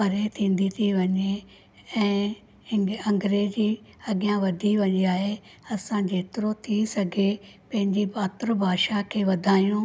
परे थींदी थी वञे ऐं हिंग अंग्रेज़ी अॻियां वधी वई आहे असां जेतिरो थी सघे पंहिंजी मात्र भाषा खे वधाइणो